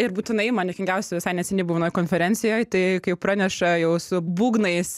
ir būtinai man juokingiausia visai neseniai buvau vienoj konferencijoj tai kai praneša jau su būgnais